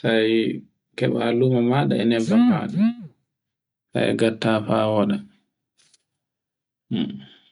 sai keɓa lumomaɗa e nefan maɗa. non ngatta fa woɗa